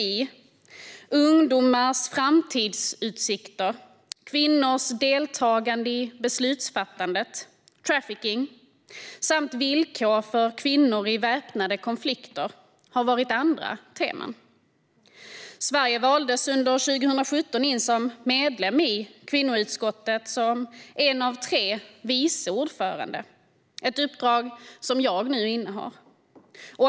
Och ytterligare andra teman har varit ungdomars framtidsutsikter, kvinnors deltagande i beslutsfattandet, trafficking samt villkor för kvinnor i väpnade konflikter. Sverige valdes 2017 in som medlem i kvinnoutskottet som en av tre vice ordförande, ett uppdrag som jag nu innehar.